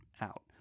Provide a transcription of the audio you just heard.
out